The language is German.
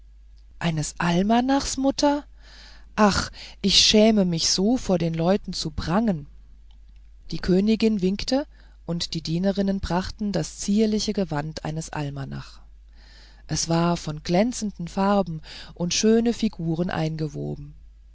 eines almanach mutter ach ich schäme mich so vor den leuten zu prangen die königin winkte und die dienerinnen brachten das zierliche gewand eines almanach es war von glänzenden farben und schöne figuren eingewoben